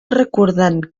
recordant